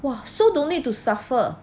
!wah! so no need to suffer